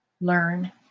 learn